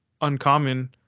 uncommon